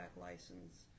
license